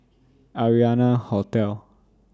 Arianna Hotel